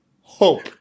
hope